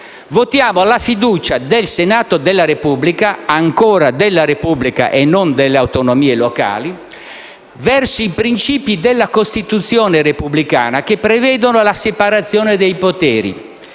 votiamo la fiducia del Senato della Repubblica - ancora della Repubblica e non delle autonomie locali - verso i principi della Costituzione repubblicana che prevedono la separazione dei poteri.